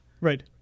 Right